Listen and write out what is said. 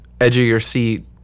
edge-of-your-seat